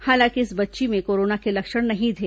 हालांकि इस बच्ची में कोरोना के लक्षण नहीं थे